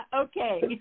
Okay